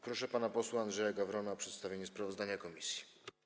Proszę pana posła Andrzeja Gawrona o przedstawienie sprawozdania komisji.